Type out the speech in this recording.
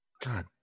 god